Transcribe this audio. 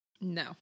no